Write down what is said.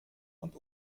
und